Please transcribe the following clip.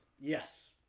Yes